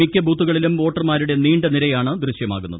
മിക്ക ബൂത്തുകളിലും വോട്ടർമാരുടെ നീണ്ടനിരയാണ് ദൃശ്യമാകുന്നത്